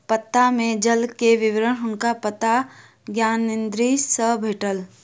पत्ता में जल के विवरण हुनका पत्ता ज्ञानेंद्री सॅ भेटल